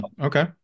Okay